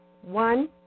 One